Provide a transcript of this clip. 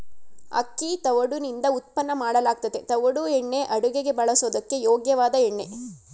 ಅಕ್ಕಿ ತವುಡುನಿಂದ ಉತ್ಪನ್ನ ಮಾಡಲಾಗ್ತದೆ ತವುಡು ಎಣ್ಣೆ ಅಡುಗೆಗೆ ಬಳಸೋದಕ್ಕೆ ಯೋಗ್ಯವಾದ ಎಣ್ಣೆ